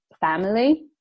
family